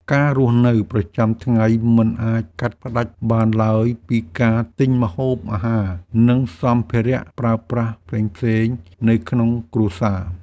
ការរស់នៅប្រចាំថ្ងៃមិនអាចកាត់ផ្តាច់បានឡើយពីការទិញម្ហូបអាហារនិងសម្ភារៈប្រើប្រាស់ផ្សេងៗនៅក្នុងគ្រួសារ។